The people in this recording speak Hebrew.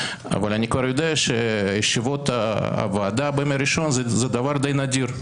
אבל אני כבר יודע שישיבות הוועדה בימי ראשון זה דבר די נדיר,